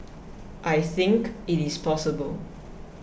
I think it is possible